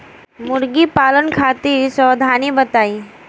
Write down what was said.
मुर्गी पालन खातिर सावधानी बताई?